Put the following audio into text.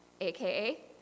aka